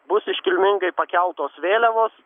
bus iškilmingai pakeltos vėliavos